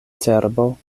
cerbo